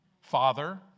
Father